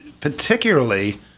particularly